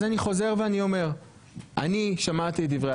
אני חוזר ואני אומר שאני שמעתי את דברי